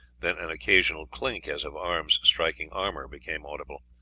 then an occasional clink as of arms striking armour became audible.